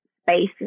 space